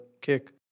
kick